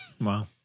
Wow